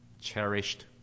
cherished